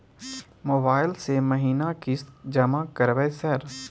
Mobile से महीना किस्त जमा करबै सर?